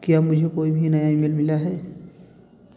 क्या मुझे कोई भी नया ईमेल मिला है